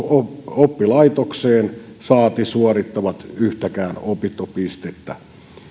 oppilaitokseen saati suorittavat yhtäkään opintopistettä